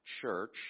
church